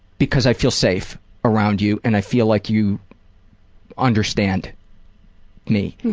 because i feel safe around you and i feel like you understand me,